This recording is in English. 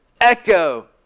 echo